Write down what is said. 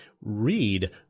read